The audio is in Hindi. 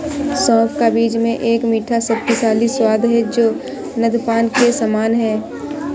सौंफ का बीज में एक मीठा, शक्तिशाली स्वाद है जो नद्यपान के समान है